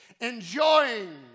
Enjoying